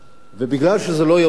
ובגלל שזה לא אירוויזיון,